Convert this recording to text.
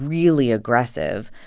really aggressive.